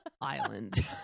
island